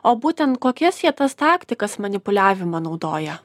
o būtent kokias jie tas taktikas manipuliavimo naudoja